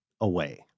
away